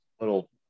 little